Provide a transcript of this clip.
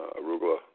arugula